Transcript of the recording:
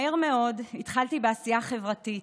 מהר מאוד התחלתי בעשייה חברתית.